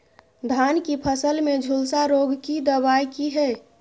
धान की फसल में झुलसा रोग की दबाय की हय?